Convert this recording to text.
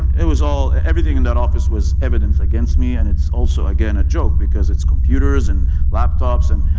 it was all. everything in that office was evidence against me and it's also, again, a joke, because it's computers and laptops, and.